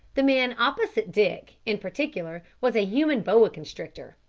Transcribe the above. the man opposite dick, in particular, was a human boa-constrictor.